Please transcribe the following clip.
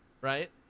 Right